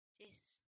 Jesus